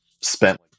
spent